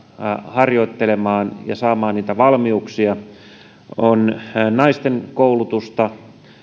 harjoittelemaan ja saamaan niitä valmiuksia on naisten koulutusta